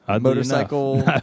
motorcycle